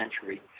century